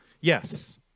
Yes